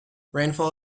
rainfall